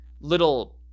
little